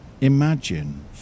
Imagine